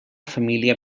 família